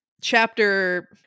chapter